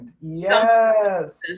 Yes